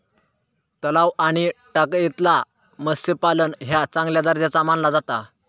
तलाव आणि टाकयेतला मत्स्यपालन ह्या चांगल्या दर्जाचा मानला जाता